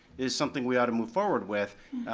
is something we ought to move forward with.